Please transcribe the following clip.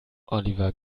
oliver